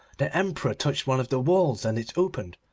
the emperor touched one of the walls and it opened,